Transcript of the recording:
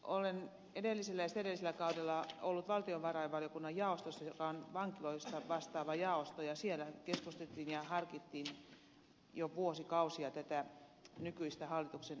olen edellisellä ja sitä edellisellä kaudella ollut valtiovarainvaliokunnan jaostossa joka on vankiloista vastaava jaosto ja siellä keskusteltiin ja harkittiin jo vuosikausia tätä nykyistä hallituksen esitystä